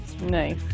Nice